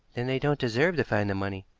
then they don't deserve to find the money,